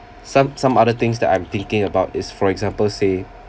some some other things that I'm thinking about is for example say